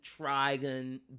Trigon